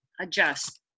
Adjust